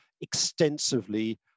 extensively